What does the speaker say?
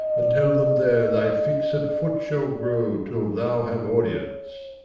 and tell them, there thy fixed foot shall grow till thou have audience.